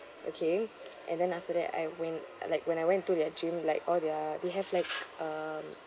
okay and then after that I went like when I went to their gym like all their they have like um